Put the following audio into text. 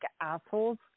assholes